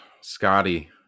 Scotty